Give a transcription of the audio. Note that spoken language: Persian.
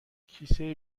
کیسه